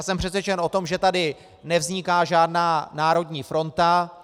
Jsem přesvědčen o tom, že tady nevzniká žádná národní fronta.